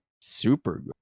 super